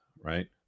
right